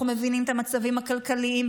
אנחנו מבינים את המצבים הכלכליים,